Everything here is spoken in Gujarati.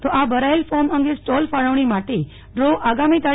તો આ ભરાયેલ ફોર્મ અંગે સ્ટોલ ફાળવણી માટે ફો આગામી તા